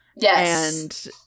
Yes